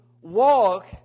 walk